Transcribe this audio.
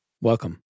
Welcome